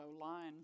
line